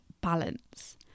balance